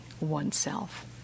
oneself